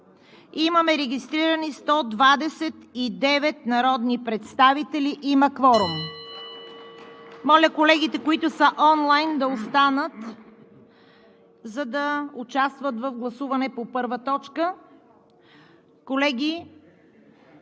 залата. Регистрирани са 129 народни представители. Има кворум. (Звъни.) Моля, колегите, които са онлайн, да останат, за да участват в гласуването по първа точка. Колеги,